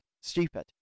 stupid